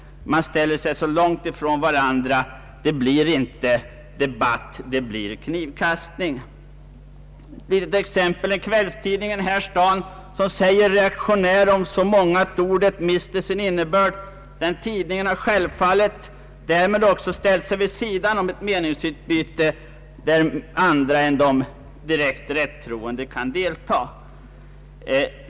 Man ställer sig så långt från varandra att det inte blir meningsutbyte — det blir knivkastning. Ett litet exempel. En kvällstidning här i staden säger ”reaktionär” om så många att ordet mister sin innebörd. Tidningen har självfallet därmed också ställt sig vid sidan om ett meningsutbyte där andra än direkt rättroende kan delta.